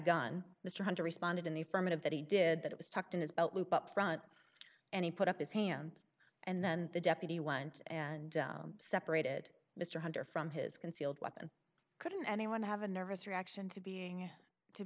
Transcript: gun mr hunter responded in the affirmative that he did that it was tucked in his belt loop up front and he put up his hands and then the deputy once and separated mr hunter from his concealed weapon couldn't anyone have a nervous reaction to being to